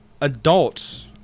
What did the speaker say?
adults